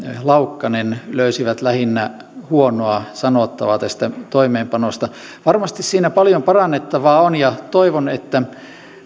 laukkanen löysivät lähinnä huonoa sanottavaa tästä toimeenpanosta varmasti siinä paljon parannettavaa on ja toivon että